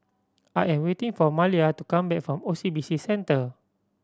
I am waiting for Maleah to come back from O C B C Centre